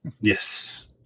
Yes